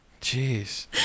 Jeez